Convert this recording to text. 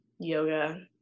yoga